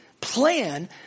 plan